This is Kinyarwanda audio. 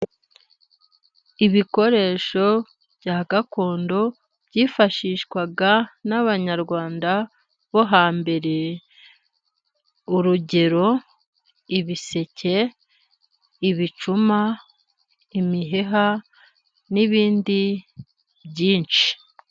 Ibikoresho bya gakondo byifashishwaga n'abanyarwanda bo hambere, urugero ibiseke, ibicuma, imiheha, n'ibindi byinshi.